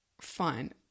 fine